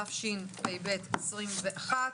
תשפ"ב-2021.